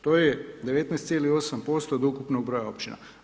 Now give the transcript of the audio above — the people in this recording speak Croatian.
To je 19,8% od ukupnog broja općina.